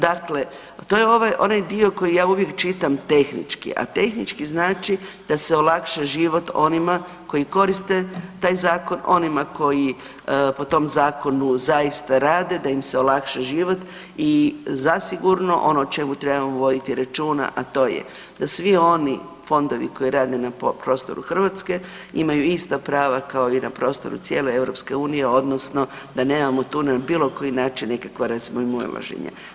Dakle, to je onaj dio koji ja uvijek čitam tehnički, a tehnički znači da se olakša život onima koji koriste taj zakon, onima koji po tom zakonu zaista rade, da im se olakša život i zasigurno ono o čemu trebamo voditi računa, a to je da svi oni fondovi koji rade na prostoru Hrvatske imaju ista prava kao i na prostoru cijele EU, odnosno da nemamo tu na bilo koji način nekakva razmimoilaženja.